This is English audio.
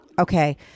Okay